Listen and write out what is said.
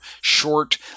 short